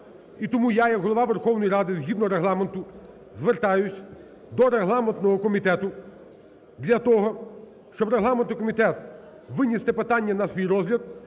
І тому я як Голова Верховної Ради згідно Регламенту звертаюсь до регламентного комітету для того, щоб регламентний комітет виніс це питання на свій розгляд